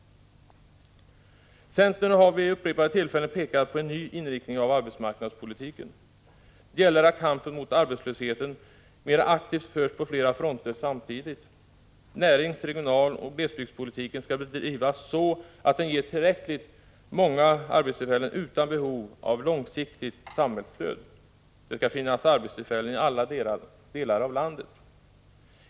Centern har vid upprepade tillfällen pekat på behovet av en ny inriktning av arbetsmarknadspolitiken. Det gäller att kampen mot arbetslösheten mera aktivt förs på flera fronter samtidigt. Närings-, regionaloch glesbygdspoliti 109 ken skall drivas så, att den ger tillräckligt många arbetstillfällen utan behov av långsiktigt samhällsstöd. Det skall finnas arbetstillfällen i alla delar av landet.